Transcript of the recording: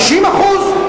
50%?